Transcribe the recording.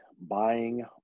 buying